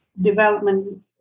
development